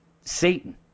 Satan